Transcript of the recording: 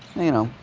you know,